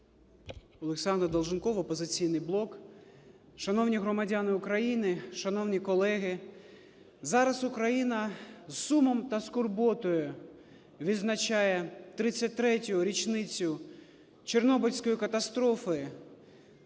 Олександр Долженков, "Опозиційний блок". Шановні громадяни України, шановні колеги, зараз Україна з сумом та з скорботою відзначає 33 річницю Чорнобильської катастрофи